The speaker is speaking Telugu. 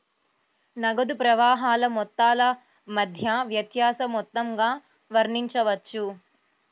నగదు ప్రవాహాల మొత్తాల మధ్య వ్యత్యాస మొత్తంగా వర్ణించవచ్చు